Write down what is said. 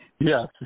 Yes